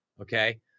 okay